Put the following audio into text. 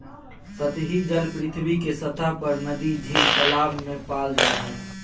सतही जल पृथ्वी के सतह पर नदी, झील, तालाब में पाल जा हइ